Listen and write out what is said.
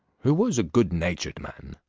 who was a good-natured man,